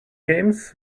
games